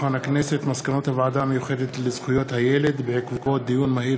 מסקנות הוועדה המיוחדת לזכויות הילד בעקבות דיון מהיר